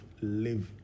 live